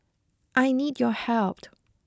I need your helped